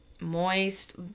moist